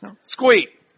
Squeak